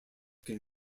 can